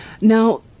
now